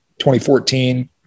2014